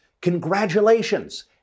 congratulations